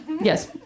Yes